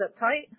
uptight